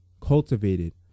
cultivated